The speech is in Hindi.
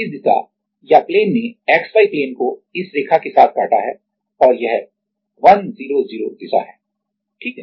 इस दिशा या प्लेन ने XY प्लेन को इस रेखा के साथ काटा है और यह 100 दिशा है ठीक है